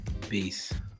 Peace